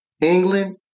England